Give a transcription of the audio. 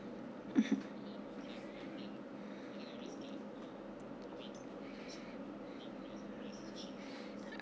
mmhmm